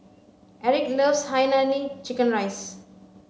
erick loves hainanese chicken rice